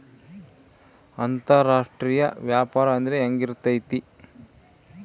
ಅಂತರಾಷ್ಟ್ರೇಯ ವ್ಯಾಪಾರ ಅಂದ್ರೆ ಹೆಂಗಿರ್ತೈತಿ?